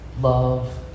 love